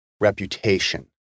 reputation